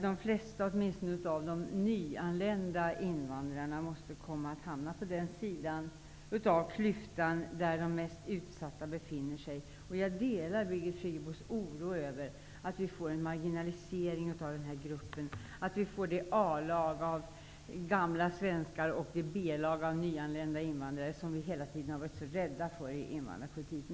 De flesta av de nyanlända invandrarna hamnar på den sidan av klyftan där de mest utsatta befinner sig. Jag delar Birgit Friggebos oro över att vi kan få en marginalisering av denna grupp. Vi får det A-lag av gamla svenskar och det B-lag av nyanlända invandrare som vi hela tiden har varit så rädda för inom invandrarpolitiken.